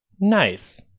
Nice